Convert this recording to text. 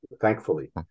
thankfully